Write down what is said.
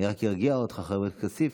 אני רק ארגיע אותך, חבר הכנסת כסיף,